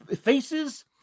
faces